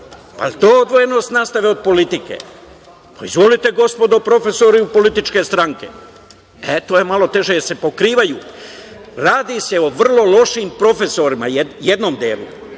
Da li je to odvojenost nastave od politike? Izvolite gospodo profesori u političke stranke. To je malo teže, jer se pokrivaju. Radi se o vrlo lošim profesorima, jednom delu,